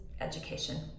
education